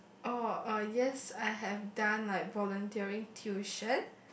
oh uh yes I have done like volunteering tuition